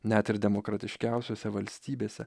net ir demokratiškiausiose valstybėse